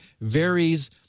varies